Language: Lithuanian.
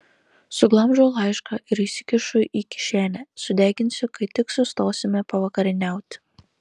suglamžau laišką ir įsikišu į kišenę sudeginsiu kai tik sustosime pavakarieniauti